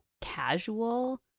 casual